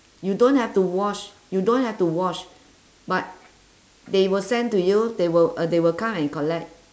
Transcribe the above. you don't have to wash you don't have to wash but they will send to you they will uh they will come and collect